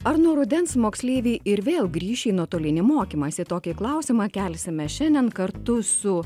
ar nuo rudens moksleiviai ir vėl grįš į nuotolinį mokymąsi tokį klausimą kelsime šiandien kartu su